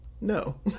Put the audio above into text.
No